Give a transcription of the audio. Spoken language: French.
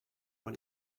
par